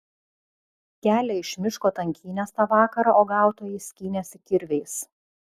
kelią iš miško tankynės tą vakarą uogautojai skynėsi kirviais